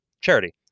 charity